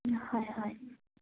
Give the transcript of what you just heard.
হয় হয়